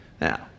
Now